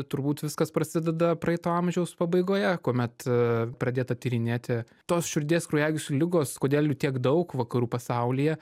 turbūt viskas prasideda praeito amžiaus pabaigoje kuomet pradėta tyrinėti tos širdies kraujagyslių ligos kodėl jų tiek daug vakarų pasaulyje